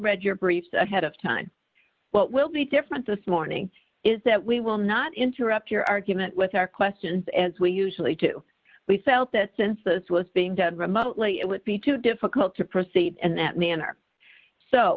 read your briefs ahead of time what will be different this morning is that we will not interrupt your argument with our questions as we usually do we felt that since this was being done remotely it would be too difficult to proceed and that manner so